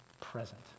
present